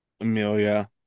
amelia